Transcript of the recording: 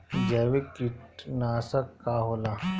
जैविक कीटनाशक का होला?